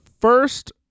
first